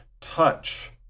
touch